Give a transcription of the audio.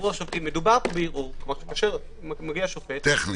מגיע שופט,